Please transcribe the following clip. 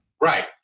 Right